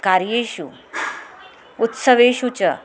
कार्येषु उत्सवेषु च